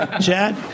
Chad